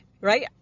right